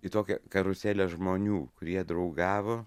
į tokią karuselę žmonių kurie draugavo